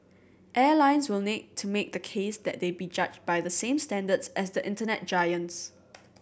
airlines will need to make the case that they be judged by the same standards as the Internet giants